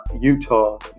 Utah